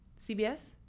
CBS